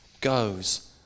goes